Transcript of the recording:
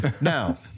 Now